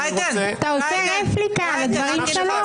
אתה עושה רפליקה לדברים שלו.